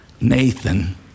Nathan